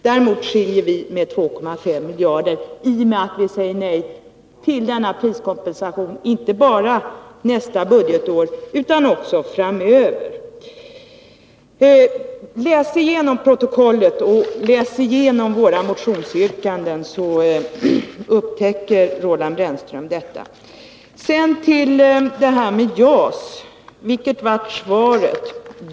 Däremot skiljer det 2,5 miljarder i förhållande till oss i och med att vi säger nej till priskompensationen inte bara för nästa budgetår utan också framöver. Läs igenom protokollet och läs igenom våra motionsyrkanden, så upptäcker Roland Brännström detta! Sedan till det här med JAS. Vilket blev svaret?